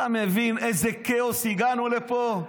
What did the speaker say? אתה מבין לאיזה כאוס הגענו פה?